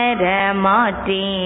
ramati